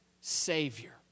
Savior